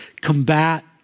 combat